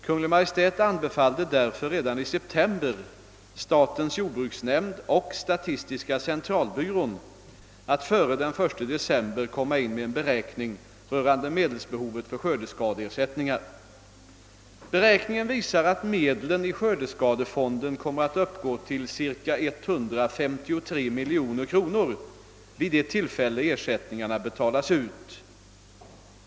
Kungl. Maj:t anbefallde därför redan i september statens jordbruksnämnd och statistiska centralbyrån att före den 1 december komma in med en beräkning rörande medelsbehovet för skördeskadeersättningar. Beräkningen visar att medlen i skördeskadefonden kommer att uppgå till ca 153 miljoner kronor vid det tillfälle ersättningarna betalas ut.